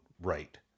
right